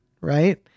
right